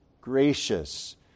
gracious